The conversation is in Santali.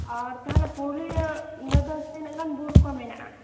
ᱟᱨ ᱛᱟᱦᱚᱞᱮ ᱯᱩᱨᱩᱞᱤᱭᱟᱹ ᱨᱮᱫᱚ ᱛᱤᱱᱟᱹᱜ ᱜᱟᱱ ᱵᱩᱨᱩ ᱠᱚ ᱢᱮᱱᱟᱜᱼᱟ